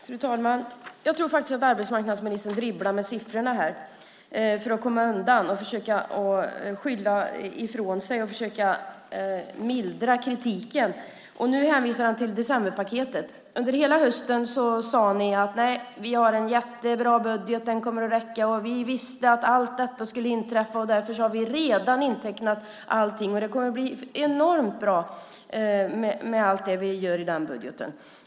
Fru talman! Jag tror faktiskt att arbetsmarknadsministern dribblar med siffrorna för att komma undan, skylla ifrån sig och mildra kritiken. Nu hänvisar han till decemberpaketet. Under hela hösten sade ni: Vi har en jättebra budget. Den kommer att räcka. Vi visste att allt detta skulle inträffa, och därför har vi redan intecknat allting. Det kommer att bli enormt bra med allt vi gör i den budgeten.